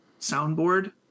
soundboard